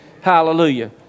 Hallelujah